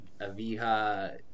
aviha